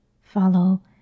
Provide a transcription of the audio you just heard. follow